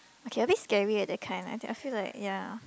okay a bit scary at the kind lah I I feel like ya